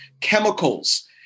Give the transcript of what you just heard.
chemicals